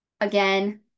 again